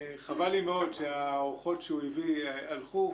חבל לי מאוד שהאורחות שהוא הביא הלכו.